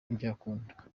ntibyakunda